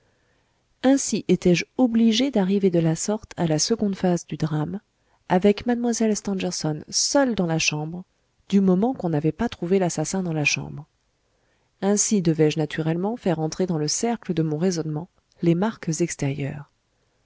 ainsi étais-je obligé d'arriver de la sorte à la seconde phase du drame avec mlle stangerson seule dans la chambre du moment qu'on n'avait pas trouvé l'assassin dans la chambre ainsi devais-je naturellement faire entrer dans le cercle de mon raisonnement les marques extérieures